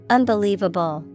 Unbelievable